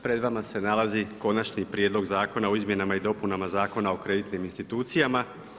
Pred vama se nalazi Konačni prijedlog zakona o izmjenama i dopunama Zakona o kreditnim institucijama.